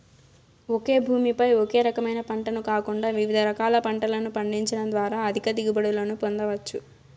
ఒకే భూమి పై ఒకే రకమైన పంటను కాకుండా వివిధ రకాల పంటలను పండించడం ద్వారా అధిక దిగుబడులను పొందవచ్చు